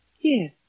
Yes